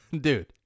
dude